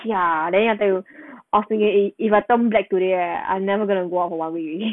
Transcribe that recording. ya then I tell you after i~ if I turn black today right I never gonna walk for one week already